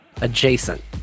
adjacent